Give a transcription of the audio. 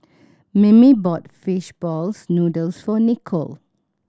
Mimi brought fish balls noodles for Nicolle